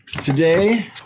today